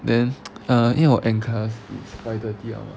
then uh 因为我 end class five thirty liao mah